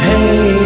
Hey